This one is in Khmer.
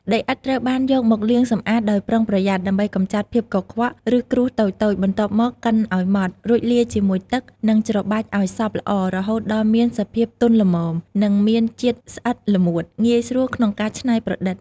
ដីឥដ្ឋត្រូវបានយកមកលាងសម្អាតដោយប្រុងប្រយ័ត្នដើម្បីកម្ចាត់ភាពកខ្វក់ ឬគ្រួសតូចៗ បន្ទាប់មកកិនឲ្យម៉ដ្ឋ រួចលាយជាមួយទឹក និងច្របាច់ឲ្យសព្វល្អ រហូតដល់មានសភាពទន់ល្មម និងមានជាតិស្អិតល្មួត ងាយស្រួលក្នុងការច្នៃប្រឌិត។